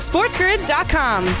SportsGrid.com